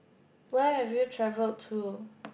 where have you traveled to